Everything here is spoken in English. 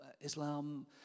Islam